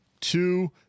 Two